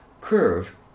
curve